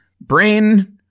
Brain